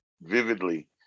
vividly